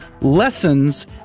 lessons